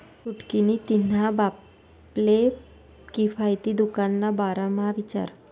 छुटकी नी तिन्हा बापले किफायती दुकान ना बारा म्हा विचार